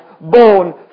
born